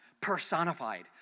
Personified